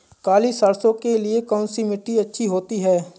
काली सरसो के लिए कौन सी मिट्टी अच्छी होती है?